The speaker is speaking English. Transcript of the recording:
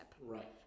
Right